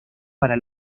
para